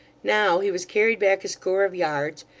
now, he was carried back a score of yards,